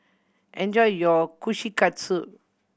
enjoy your Kushikatsu